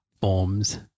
forms